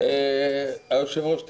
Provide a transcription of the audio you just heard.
היושב-ראש,